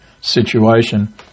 situation